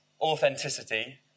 authenticity